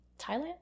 Thailand